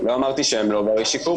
לא אמרתי שהם לא ברי שיקום,